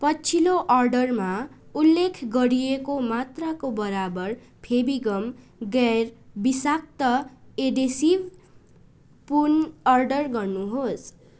पछिलो अर्डरमा उल्लेख गरिएको मात्राको बराबर फेभिगम गैर विषाक्त एडेसिभ पुन अर्डर गर्नुहोस्